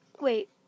Wait